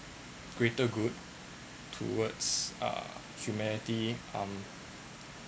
greater good towards uh humanity um